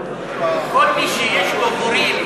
כל מי שיש לו הורים,